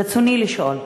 רצוני לשאול: